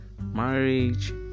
marriage